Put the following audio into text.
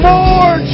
More